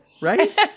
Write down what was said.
Right